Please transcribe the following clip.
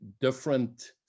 different